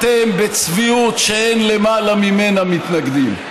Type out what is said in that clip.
אתם, בצביעות שאין למעלה ממנה, מתנגדים.